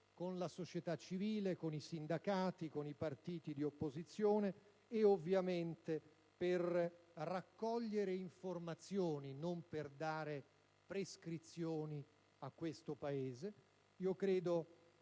con la società civile, con i sindacati, con i partiti di opposizione, ovviamente per raccogliere informazioni, e non certo per dare prescrizioni. Credo che